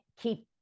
keep